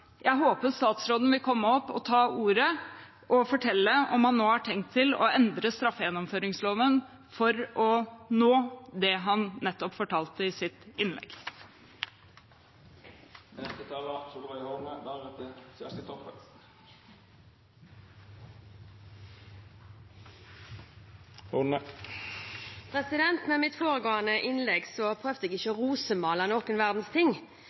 Jeg håper statsråden vil komme opp og ta ordet og fortelle om han nå har tenkt å endre straffegjennomføringsloven for å oppnå det han nettopp fortalte i sitt innlegg. I mitt foregående innlegg prøvde jeg ikke å rosemale noen verdens ting,